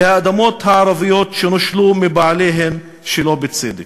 והאדמות הערביות שנושלו בעליהן שלא בצדק.